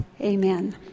Amen